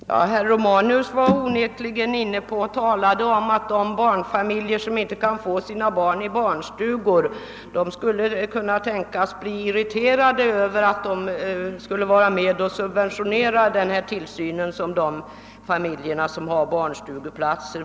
Herr talman! Herr Romanus var onekligen inne på att de familjer som inte kunde få sina barn placerade i barnstugor skulle tänkas bli irriterade över att de måste subventionera tillsynen av de barn som får plats på barnstugor.